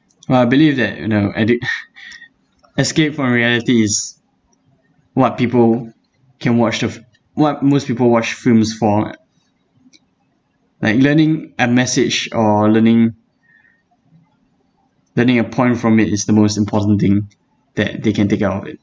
but I believe that you know edu~ escape from reality is what people can watch th~ what most people watch films for like learning a message or learning learning a point from it is the most important thing that they can take care of it ya